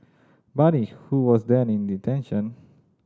Bani who was then in detention